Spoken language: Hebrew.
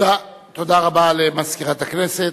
תודה רבה למזכירת הכנסת.